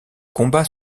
combat